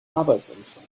arbeitsunfall